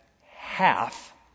half